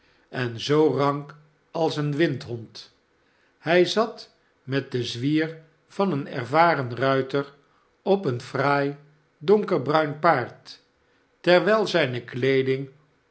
en zoo rank als een windhond hij zat met den zwier van een ervaren ruiter op een fraai donkerbruin paard terwijl zijne kleeding